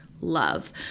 love